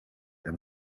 and